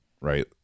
right